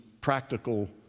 practical